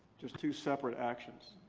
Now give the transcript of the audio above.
just two separate actions.